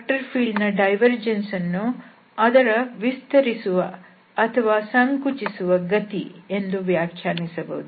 ಆದ್ದರಿಂದ vector field ನ divergence ಅನ್ನು ಅದರ ವಿಸ್ತರಿಸುವ ಅಥವಾ ಸಂಕುಚಿಸುವ ಗತಿ ಎಂದು ವ್ಯಾಖ್ಯಾನಿಸಬಹುದು